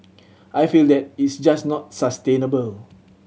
I feel that it's just not sustainable